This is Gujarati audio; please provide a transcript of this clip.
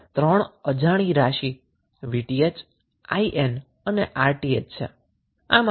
આ ત્રણ અજાણી કોન્ટીટી 𝑉𝑇ℎ 𝐼𝑁 અને 𝑅𝑇ℎ છે